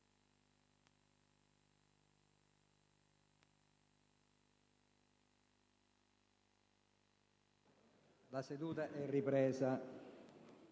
La seduta è ripresa.